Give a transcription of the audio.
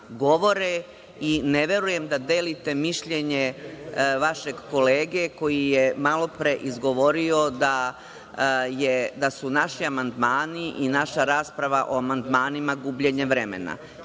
i ne verujem da delite mišljenje vašeg kolege koji je malopre izgovorio da su naši amandmani i naša rasprava o amandmanima gubljenje vremena. Zaista